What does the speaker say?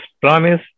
promise